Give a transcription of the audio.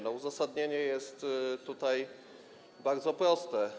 No uzasadnienie jest tutaj bardzo proste.